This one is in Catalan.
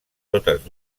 totes